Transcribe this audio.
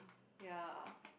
ya